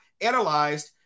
analyzed